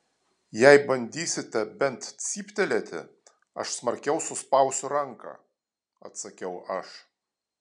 jei bandysite bent cyptelėti aš smarkiau suspausiu ranką atsakiau aš